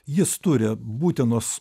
jis turi būtinus